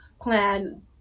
plan